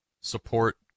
support